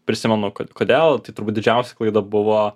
prisimenu kad kodėl tai turbūt didžiausia klaida buvo